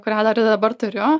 kurią dar ir dabar turiu